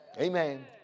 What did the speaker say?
Amen